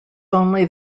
only